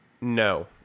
No